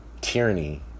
Tyranny